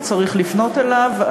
וצריך לפנות אליו.